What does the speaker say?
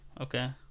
Okay